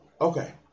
Okay